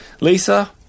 Lisa